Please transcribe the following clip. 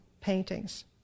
paintings